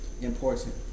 important